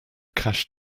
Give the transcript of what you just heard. cash